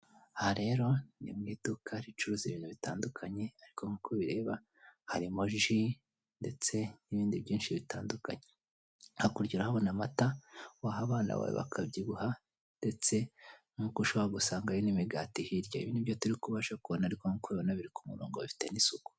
Aha rero ni mu iduka ricuruza ibintu bitandukanye ariko nk'uko ubireba harimo ji ndetse n'ibindi byinshi bitandukanye. Hakurya urahabona amata waha abana bawe bakabyibuha ndetse nk'uko ushobora gusanga hari n'imigati hirya. Ibi ni byo turi kubasha kubona ariko nk'uko ubibona biri ku murongo bifite n'isuku.